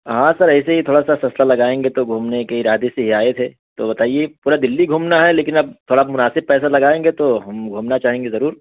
ہاں سر ایسے ہی تھوڑا سا سستا لگائیں گے تو گھومنے کے ارادے سے ہی آئے تھے تو بتائیے پورا دہلی گھومنا ہے لیکن اب تھوڑا مناسب پیسہ لگائیں گے تو ہم گھومنا چاہیں گے ضرور